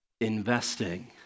investing